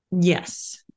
Yes